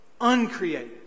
uncreated